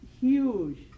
huge